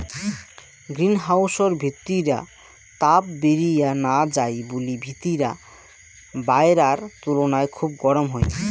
green হাউসর ভিতিরা তাপ বিরিয়া না যাই বুলি ভিতিরা বায়রার তুলুনায় খুব গরম হই